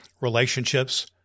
relationships